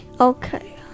Okay